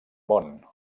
món